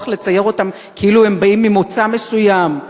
לצייר אותם כאילו הם באים ממוצא מסוים.